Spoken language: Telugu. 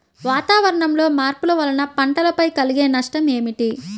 వాతావరణంలో మార్పుల వలన పంటలపై కలిగే నష్టం ఏమిటీ?